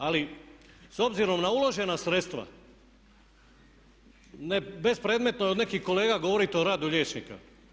Ali s obzirom na uložena sredstva bespredmetno je od nekih kolega govoriti o radu liječnika.